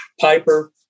Piper